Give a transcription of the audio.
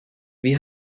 wie